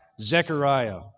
Zechariah